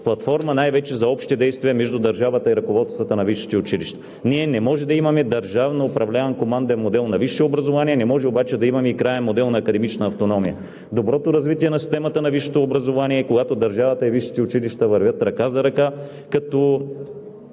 платформа най-вече за общи действия между държавата и ръководствата на висшите училища. Ние не можем да имаме държавно управляем команден модел на висше образование, не може обаче да имаме и краен модел на академична автономия. Доброто развитие на системата на висшето образование е, когато държавата и висшите училища вървят ръка за ръка, като